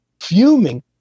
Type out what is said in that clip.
fuming